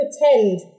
pretend